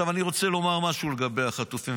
אני רוצה לומר משהו לגבי החטופים,